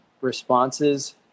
responses